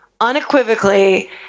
unequivocally